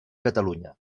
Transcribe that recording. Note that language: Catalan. catalunya